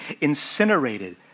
incinerated